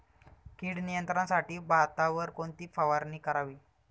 कीड नियंत्रणासाठी भातावर कोणती फवारणी करावी?